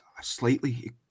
slightly